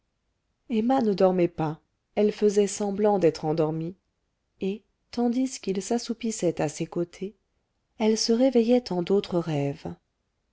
emma ne dormait pas elle faisait semblant d'être endormie et tandis qu'il s'assoupissait à ses côtés elle se réveillait en d'autres rêves